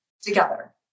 together